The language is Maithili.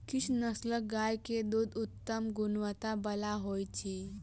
किछ नस्लक गाय के दूध उत्तम गुणवत्ता बला होइत अछि